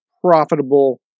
profitable